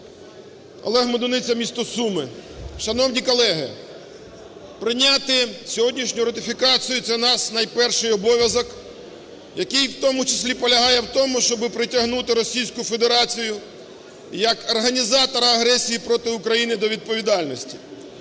Олег Медуниця, місто Суми. Шановні колеги, прийняти сьогоднішню ратифікацію – це наш найперший обов'язок, який в тому числі полягає в тому, щоб притягнути Російську Федерацію як організатора агресії проти України до відповідальності.